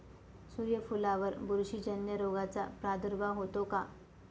सूर्यफुलावर बुरशीजन्य रोगाचा प्रादुर्भाव होतो का?